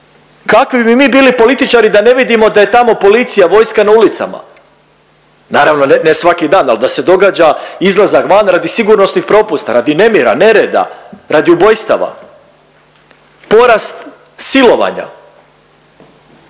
Kakvi bi mi bili političari da ne vidimo da je tamo policija, vojska na ulicama, naravno ne svaki dan, al da se događa izlazak van radi sigurnosnih propusta, radi nemira, nereda, radi ubojstava, porast silovanja,